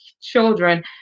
children